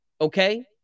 Okay